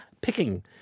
picking